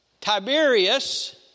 Tiberius